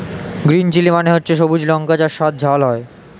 green chilli মানে হচ্ছে সবুজ লঙ্কা যার স্বাদ ঝাল হয়